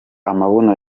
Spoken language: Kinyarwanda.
amabuno